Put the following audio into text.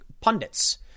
pundits